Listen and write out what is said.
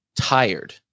tired